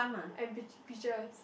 and peach peaches